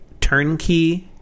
turnkey